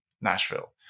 Nashville